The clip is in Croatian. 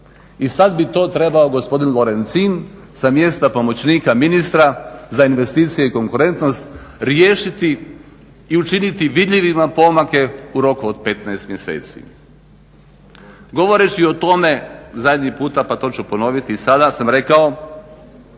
I sad bi to trebao gospodin Lorencin sa mjesta pomoćnika ministra za investicije i konkurentnost riješiti i učiniti vidljivima pomake u roku od 15 mjeseci. Govoreći o tome zadnji puta pa to ću ponoviti i sada sam rekao